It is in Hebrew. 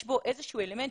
יש בו איזשהו אלמנט.